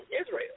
Israel